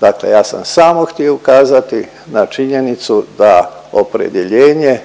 Dakle, ja sam samo htio ukazati na činjenicu da opredjeljenje